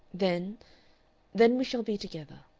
then then we shall be together.